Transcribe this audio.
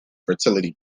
fertility